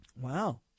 Wow